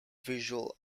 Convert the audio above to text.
visual